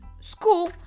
school